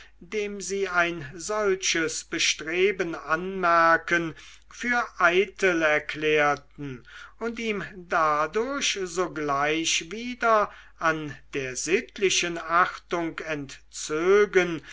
dem sie ein solches bestreben anmerken für eitel erklärten und ihm dadurch sogleich wieder an der sittlichen achtung entzögen